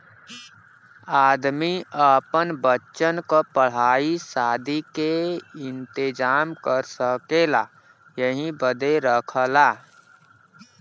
आदमी आपन बच्चन क पढ़ाई सादी के इम्तेजाम कर सकेला यही बदे रखला